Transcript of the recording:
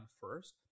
first